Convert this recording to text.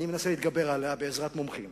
אני מנסה להתגבר עליה בעזרת מומחים